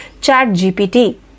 ChatGPT